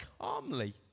calmly